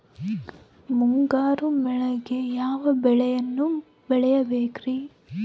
ಮುಂಗಾರು ಮಳೆಗೆ ಯಾವ ಬೆಳೆಯನ್ನು ಬೆಳಿಬೇಕ್ರಿ?